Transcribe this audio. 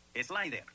Slider